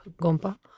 Gompa